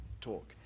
talk